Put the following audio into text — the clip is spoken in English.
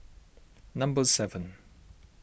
number seven